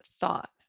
thought